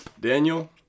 Daniel